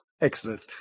Excellent